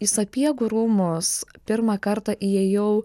į sapiegų rūmus pirmą kartą įėjau